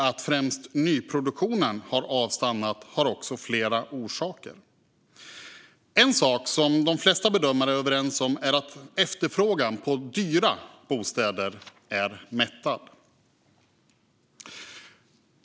Att främst nyproduktionen har avstannat har också flera orsaker. En sak som de flesta bedömare är överens om är att efterfrågan på dyra bostäder är mättad.